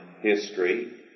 history